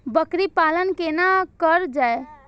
बकरी पालन केना कर जाय?